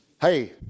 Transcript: Hey